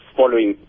following